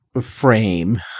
frame